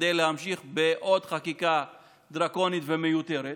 כדי להמשיך בעוד חקיקה דרקונית ומיותרת.